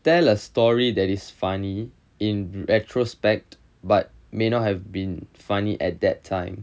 tell a story that is funny in retrospect but may not have been funny at that time